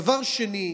דבר שני,